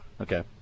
okay